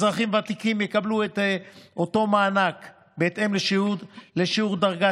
אזרחים ותיקים יקבלו את אותו מענק בהתאם לשיעור דרגת